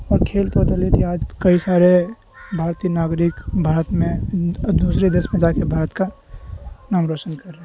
اور کھیل آج کئی سارے بھارتیہ ناگرک بھارت میں دوسرے دیش میں جا کے بھارت کا نام روشن کر رہے